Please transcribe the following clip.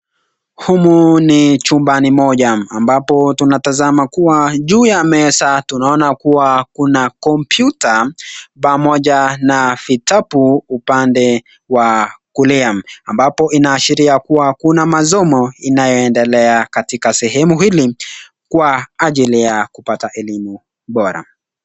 Humu ni chumbani moja ambapo tunatazama kua juu ya meza tunaona kuwa kuna kompyuta na vitabu upande wa kulia ambapo inaashiria kuwa kuna masomo inayoendelea katika sehemu hili kwa ajili ya kupata elimu bora.